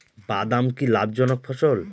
বাদাম কি লাভ জনক ফসল?